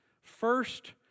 first